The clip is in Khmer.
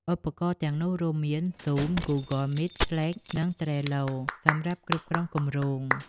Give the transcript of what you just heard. ឧបករណ៍ទាំងនោះរួមមាន Zoom, Google Meet, Slack និង ត្រេលឡូ (Trello) សម្រាប់គ្រប់គ្រងគម្រោង។